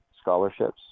scholarships